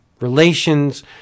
relations